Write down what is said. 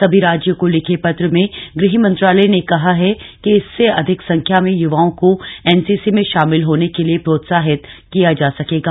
सभी राज्यों को लिखे पत्र में गृह मंत्रालय नेकहा है कि इससे अधिक संख्या में युवाओं को एनसीसी में शामिल होने के लिए प्रोत्साहितकिया जा सकेगा